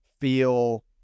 feel